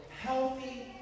healthy